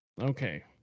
Okay